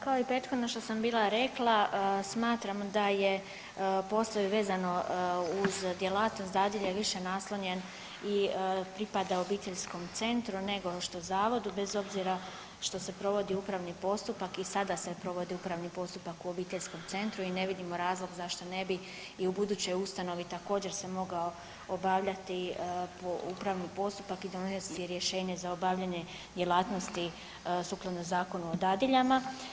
Kao i prethodno što sam bila rekla smatram da je postoji vezano uz djelatnost dadilje više naslonjen i pripada obiteljskom centru nego što zavodu bez obzira što se provodi upravni postupak i sada se provodi upravni postupak u obiteljskom centru i ne vidimo razlog zašto ne bi i u budućoj ustanovi također se mogao obavljati upravni postupak i donesti rješenje za obavljanje djelatnosti sukladno Zakonu o dadiljama.